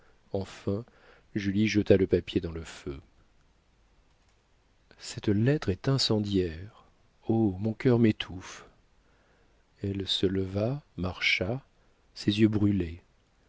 enfin julie jeta le papier dans le feu cette lettre est incendiaire oh mon cœur m'étouffe elle se leva marcha ses yeux brûlaient